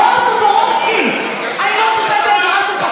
בועז טופורובסקי, אני לא צריכה את העזרה שלך.